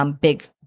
big